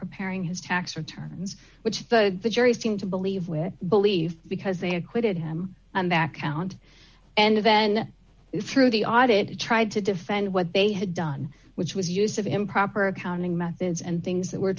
preparing his tax returns which the jury seemed to believe with believe because they acquitted him on that count and then through the audit tried to defend what they had done which was use of improper accounting methods and things that were